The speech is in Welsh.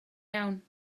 iawn